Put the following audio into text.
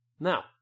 Now